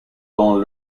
dans